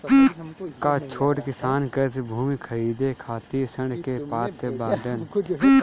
का छोट किसान कृषि भूमि खरीदे खातिर ऋण के पात्र बाडन?